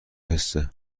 حسه